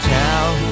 town